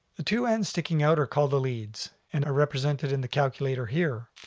the two ends sticking out are called the leads, and are represented in the calculator here.